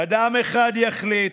אדם אחד יחליט,